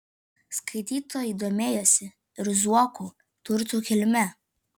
skaitytojai domėjosi ir zuokų turtų kilme